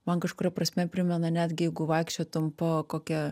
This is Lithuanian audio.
man kažkuria prasme primena netgi jeigu vaikščiotum po kokią